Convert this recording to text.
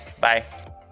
Bye